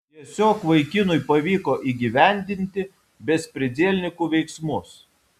tiesiog vaikinui pavyko įgyvendinti bezpridielnikų veiksmus